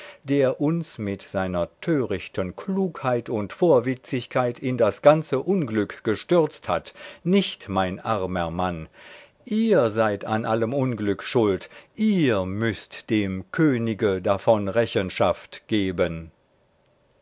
der uns mit seiner törichten klugheit und vorwitzigkeit in das ganze unglück gestürzt hat nicht mein armer mann ihr seid an allem unglück schuld ihr müßt dem könige davon rechenschaft geben